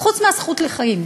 חוץ מהזכות לחיים,